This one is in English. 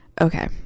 Okay